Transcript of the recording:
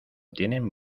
tienen